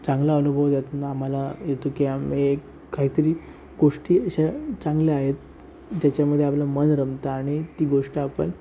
चांगला अनुभव यातनं आम्हाला येतो की आम्ही काहीतरी गोष्टी अश्या चांगल्या आहेत त्याच्यामध्ये आपलं मन रमतं आणि ती गोष्ट आपण